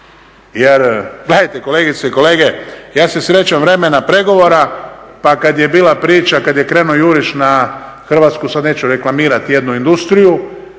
Jer gledajte kolegice i kolege, ja se sjećam vremena pregovora pa kada je krenuo juriš na hrvatsku sada neću reklamirati jednu industriju